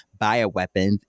bioweapons